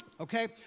Okay